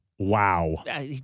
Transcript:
Wow